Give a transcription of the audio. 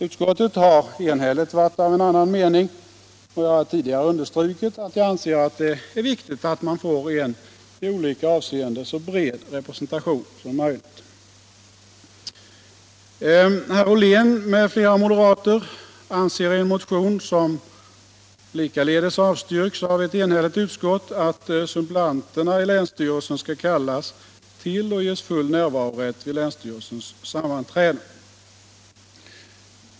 Utskottet har enhälligt varit av en annan mening, och jag har tidigare understrukit att jag anser det vara viktigt att man får en i olika avseenden så bred representation som möjligt. Herr Ollén m.fl. moderater anser i en motion, som likaledes avstyrks av ett enhälligt utskott, att suppleanterna i länsstyrelsen skall kallas till och ges full närvarorätt vid länsstyrelsens sammanträden.